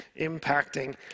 impacting